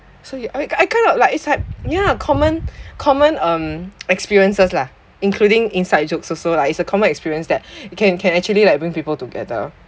so ya I I kind of like it's like yeah common common um experiences lah including inside jokes also lah it's a common experience that can can actually like bring people together